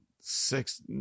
six